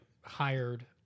hired